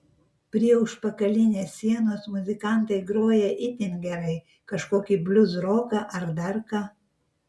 prie užpakalinės sienos muzikantai groja itin gerai kažkokį bliuzroką ar dar ką